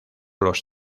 los